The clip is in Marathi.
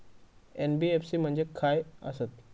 एन.बी.एफ.सी म्हणजे खाय आसत?